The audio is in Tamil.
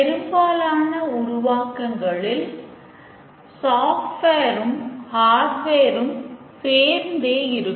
பெரும்பாலான உருவாக்கங்களில் சாஃப்ட்வேர் ம் சேர்ந்தே இருக்கும்